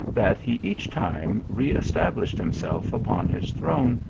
that he each time re-established himself upon his throne,